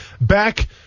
back –